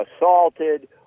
assaulted